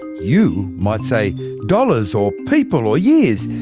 you might say dollars, or people, or years.